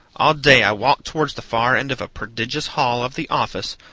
all day i walked towards the far end of a prodigious hall of the office,